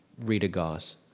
rita goss.